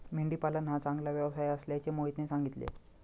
मेंढी पालन हा चांगला व्यवसाय असल्याचे मोहितने सांगितले